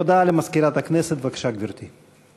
הודעה למזכירת הכנסת, בבקשה, גברתי.